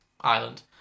Island